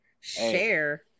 Share